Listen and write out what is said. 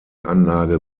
anlage